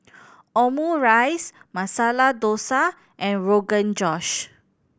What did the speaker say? Omurice Masala Dosa and Rogan Josh